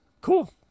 Cool